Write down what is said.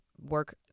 work